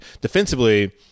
Defensively